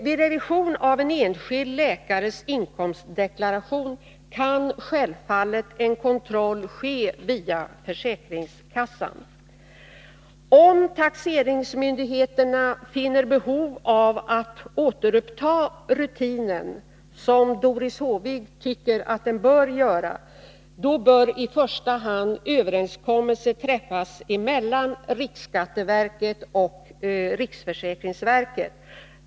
Vid revision av en enskild läkares inkomstdeklaration kan självfallet en kontroll ske via försäkringskassan. Om taxeringsmyndigheterna finner behov av att återuppta rutinen, som Doris Håvik anser, bör i första hand överenskommelse träffas mellan riksskatteverket och riksförsäkringsverket.